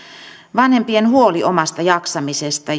vanhempien huoli omasta jaksamisesta